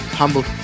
humble